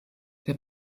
der